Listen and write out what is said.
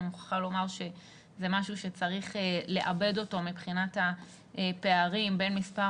אני מוכרחה לומר שזה משהו שצריך לעבד אותו מבחינת הפערים בין מספר